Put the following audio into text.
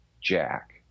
Jack